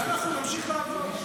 ואנחנו נמשיך לעבוד.